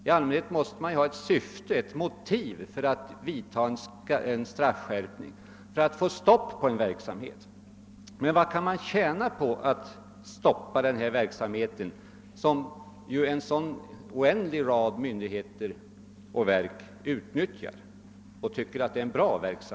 I allmänhet måste man ha ett syfte, ett motiv för att vidta en straffskärpning, men vad kan man tjäna på att stoppa denna verksamhet, som en lång rad myndigheter och verk utnyttjar och tycker är bra?